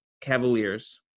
cavaliers